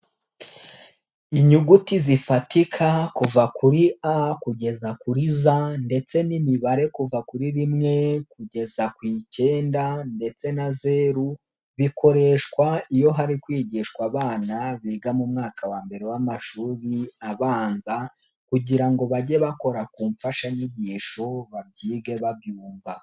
Inyuguti zifatika kuva kuri A kugeza kuri Z ndetse n'imibare kuva kuri rimwe kugeza ku ikenda ndetse na zeru bikoreshwa iyo hari kwigishwa abana biga mu mwaka wa mbere w'amashuri abanza kugira ngo bage bakora ku mfashanyigisho babyige babyumva.